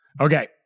Okay